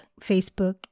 Facebook